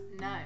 No